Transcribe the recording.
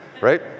right